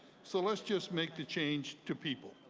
so let's just make the change to people.